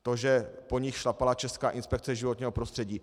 To, že po nich šlapala Česká inspekce životního prostředí.